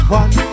one